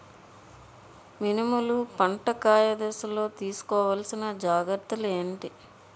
మినుములు పంట కాయ దశలో తిస్కోవాలసిన జాగ్రత్తలు ఏంటి?